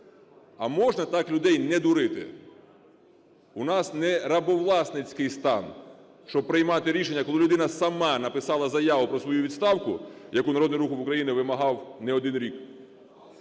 А можна так людей не дурити? У нас не рабовласницький стан, щоб приймати рішення, коли людина сама написала заяву про свою відставку, яку Народний Рух України вимагав не один рік,